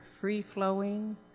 free-flowing